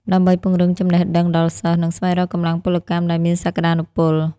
ដើម្បីពង្រឹងចំណេះដឹងដល់សិស្ស និងស្វែងរកកម្លាំងពលកម្មដែលមានសក្តានុពល។